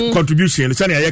Contribution